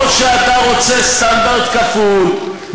או שאתה רוצה סטנדרט כפול,